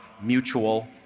mutual